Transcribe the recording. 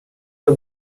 the